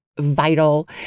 vital